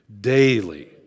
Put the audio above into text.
daily